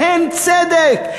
בהן צדק,